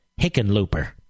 Hickenlooper